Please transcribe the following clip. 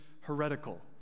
heretical